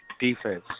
defense